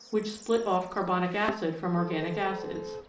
which split off carbonic acid from organic acids.